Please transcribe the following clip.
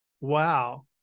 wow